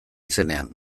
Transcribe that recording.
izenean